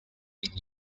been